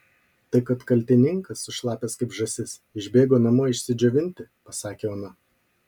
tai kad kaltininkas sušlapęs kaip žąsis išbėgo namo išsidžiovinti pasakė ona